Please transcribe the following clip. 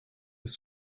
des